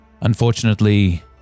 unfortunately